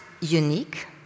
unique